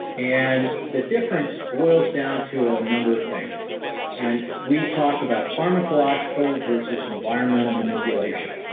and the difference spoils down to a number of things and we talk about pharmacological versus environmental manipulation.